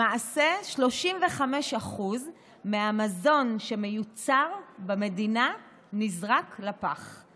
למעשה, 35% מהמזון שמיוצר במדינה נזרק לפח.